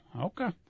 Okay